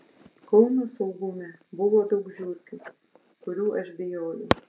kauno saugume buvo daug žiurkių kurių aš bijojau